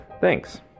Thanks